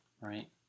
Right